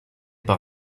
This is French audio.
par